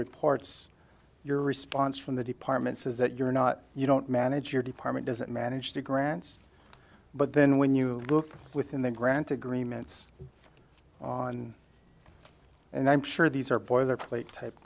reports your response from the departments is that you're not you don't manage your department doesn't manage the grants but then when you look within the grant agreements on and i'm sure these are boilerplate type